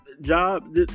job